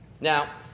Now